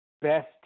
best